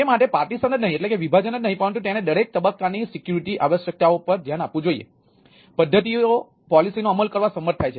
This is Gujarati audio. તેથી તે માત્ર વિભાજન યોગ્ય રીતે કામ કરે છે